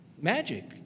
magic